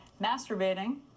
masturbating